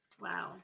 Wow